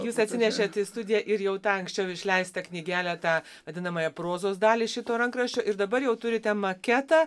jūs atsinešėt į studiją ir jau anksčiau išleistą knygelę tą vadinamąją prozos dalį šito rankraščio ir dabar jau turite maketą